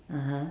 (uh huh)